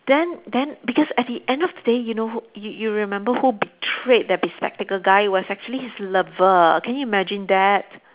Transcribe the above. then then because at the end of the day you know who you you remember who betrayed that bespectacled guy it was actually his lover can you imagine that